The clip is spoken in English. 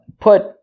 put